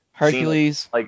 Hercules